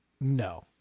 no